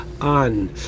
on